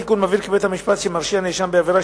התיקון מבהיר כי בית-המשפט שמרשיע נאשם בעבירה